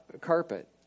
carpet